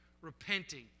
repenting